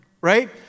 Right